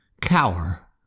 cower